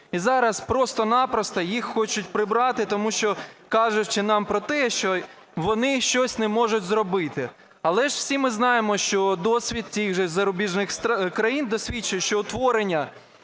І зараз просто-напросто їх хочуть прибрати, тому що кажучи нам про те, що вони щось не можуть зробити. Але ж всі ми знаємо, що досвід тих же зарубіжних країн засвідчує, що утворення